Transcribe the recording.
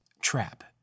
Trap